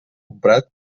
comprat